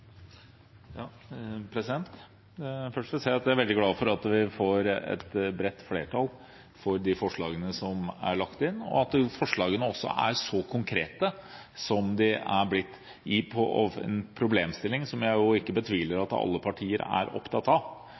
Først vil jeg si at jeg er veldig glad for at vi får et bredt flertall for de forslagene som er fremmet, og at forslagene er så konkrete som de er blitt, for en problemstilling som jeg ikke betviler at alle partier er opptatt av